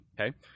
okay